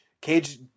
cage